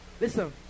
Listen